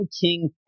King